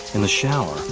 in the shower.